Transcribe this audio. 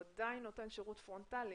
הוא עדיין נותן שירות פרונטלי